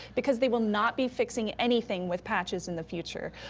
because they will not be fixing anything with patches in the future.